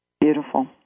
Beautiful